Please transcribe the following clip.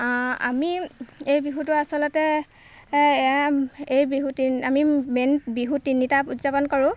আমি এই বিহুটো আচলতে এই এই বিহু তিনি আমি মেইন বিহু তিনিটা উদযাপন কৰোঁ